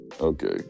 Okay